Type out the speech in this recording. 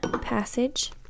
passage